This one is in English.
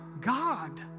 God